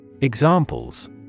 Examples